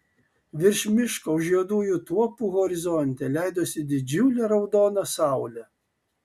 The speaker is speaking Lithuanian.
virš miško už juodųjų tuopų horizonte leidosi didžiulė raudona saulė